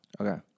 Okay